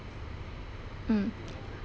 mm